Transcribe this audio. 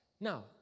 Now